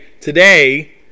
today